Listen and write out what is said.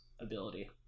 ability